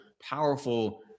powerful